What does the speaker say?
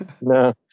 No